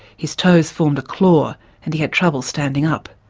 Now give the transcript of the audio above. his toes formed a claw and he had trouble standing up.